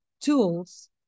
tools